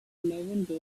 levanter